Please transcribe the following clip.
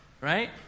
right